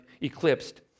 eclipsed